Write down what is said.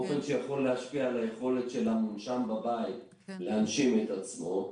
באופן שיכול להשפיע על היכולת של המונשם בבית להנשים את עצמו,